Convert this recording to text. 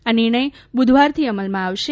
આ નિર્ણય બુધવારથી અમલમાં આવશે